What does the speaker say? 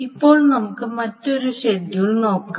ഇപ്പോൾ നമുക്ക് മറ്റൊരു ഷെഡ്യൂൾ നോക്കാം